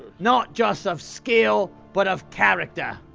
not just of skill, but of character.